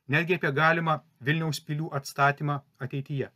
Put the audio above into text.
netgi apie galimą vilniaus pilių atstatymą ateityje